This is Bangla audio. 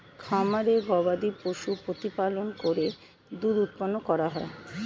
খামারে গবাদিপশু প্রতিপালন করে দুধ উৎপন্ন করা হয়